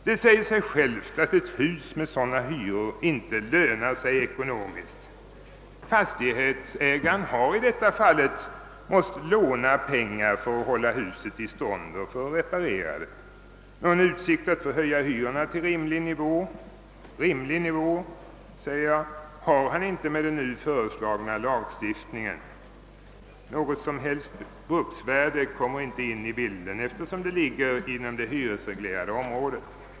Det säger sig självt att ett hus med sådana hyror inte lönar sig ekonomiskt. Fastighetsägaren har också i detta fall måst låna pengar för att hålla huset i stånd och reparera det. Någon utsikt att få höja hyrorna till rimlig nivå har han inte med den föreslagna lagstiftningen. Något som helst bruksvärde kommer inte in i bilden, eftersom huset ligger inom det hyresreglerade området.